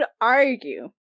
argue